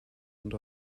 und